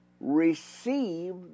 receive